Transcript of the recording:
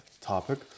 topic